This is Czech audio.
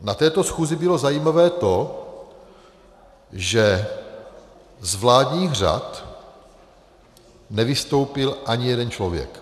Na této schůzi bylo zajímavé to, že z vládních řad nevystoupil ani jeden člověk.